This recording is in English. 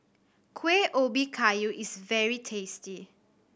Kueh Ubi Kayu is very tasty